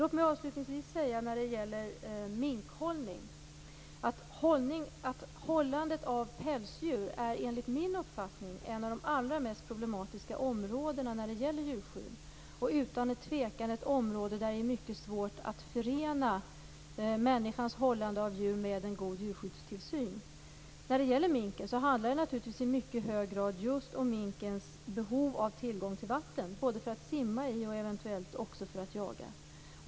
Låt mig avslutningsvis när det gäller minkhållning säga att hållandet av pälsdjur enligt min uppfattning är en av de allra mest problematiska områdena när det gäller djurskydd. Det är utan tvekan ett område där det är mycket svårt att förena människans hållande av djur med en god djurskyddstillsyn. När det gäller minken handlar det naturligtvis i mycket hög grad just om minkens behov av tillgång till vatten både för att simma i och eventuellt också för att jaga.